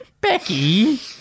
Becky